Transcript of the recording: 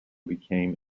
became